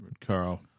Carl